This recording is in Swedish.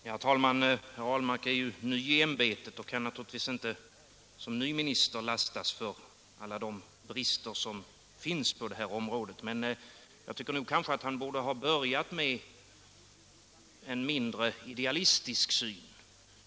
Herr talman! Herr Ahlmark är ju ny i ämbetet och kan naturligtvis inte som ny minister lastas för alla de brister som finns på det här området. Men jag tycker att han borde ha börjat med en mindre idealistisk syn.